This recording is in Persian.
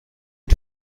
این